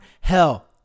Hell